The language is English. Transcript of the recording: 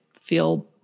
feel